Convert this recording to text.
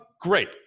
great